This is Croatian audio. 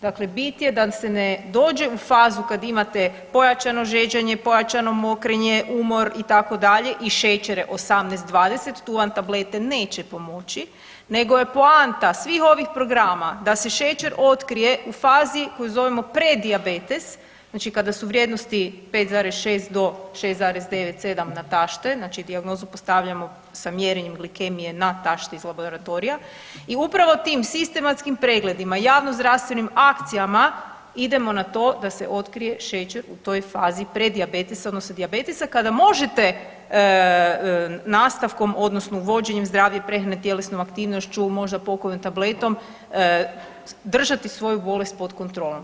Dakle, bit je da se ne dođe u fazu kad imate pojačano žeđanje, pojačano mokrenje, umor itd. i šećer je 18, 20 tu vam tablete neće pomoći nego je poanta svih ovih programa da se šećer otkrije u fazi koju zovemo pred dijabetes, znači kada su vrijednosti 5,6-6,9 na tašte, znači dijagnozu postavljanjem sa mjerenjem glikemije na tašte iz laboratorija i upravo tim sistematskim pregledima, javnozdravstvenim akcijama idemo na to da se otkrije šećer u toj fazi pred dijabetesa odnosno dijabetesa kada možete nastavkom odnosno uvođenjem zdravije prehrane, tjelesnom aktivnošću možda pokojom tabletom držati svoju bolest pod kontrolom.